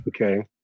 Okay